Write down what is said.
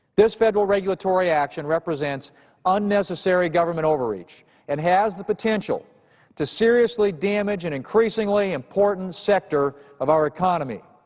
this federal regulatory action represents unnecessary government overreach and has the potential to seriously damage an increasingly important sector of our economy.